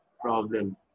problem